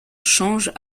changent